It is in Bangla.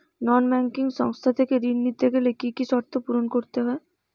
নন ব্যাঙ্কিং সংস্থা থেকে ঋণ নিতে গেলে কি কি শর্ত পূরণ করতে হয়?